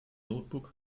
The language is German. notebook